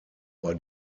bei